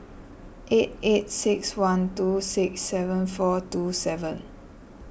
eight eight six one two six seven four two seven